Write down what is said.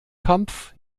kampf